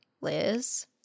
Liz-